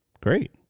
great